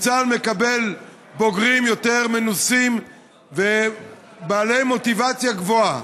כי צה"ל מקבל בוגרים יותר מנוסים ובעלי מוטיבציה גבוהה.